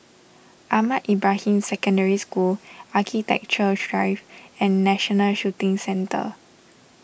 Ahmad Ibrahim Secondary School Architectures Drive and National Shooting Centre